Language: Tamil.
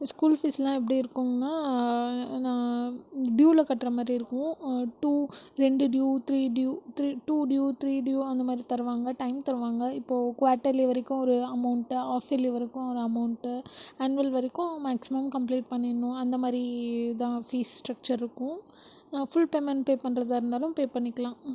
ஸ்கூல் ஃபீஸ்ஸெலாம் எப்படி இருக்கும்னால் நான் ட்யூவில் கட்டுற மாதிரி இருக்கும் டூ ரெண்டு due three due two due three due அந்த மாதிரி தருவாங்க டைம் தருவாங்க இப்போது குவாட்டர்லி வரைக்கும் ஒரு அமௌன்ட்டு ஆஃப் இர்லி வரைக்கும் ஒரு அமௌன்ட்டு ஆன்வல் வரைக்கும் மேக்சிமம் கம்ப்ளீட் பண்ணிவிடணும் அந்த மாதிரி தான் ஃபீஸ் ஸ்ட்ரக்ச்சர் இருக்கும் ஃபுல் பேமண்ட் பே பண்ணுறதா இருந்தாலும் பே பண்ணிக்கலாம்